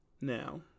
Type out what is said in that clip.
Now